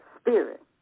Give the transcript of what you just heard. spirit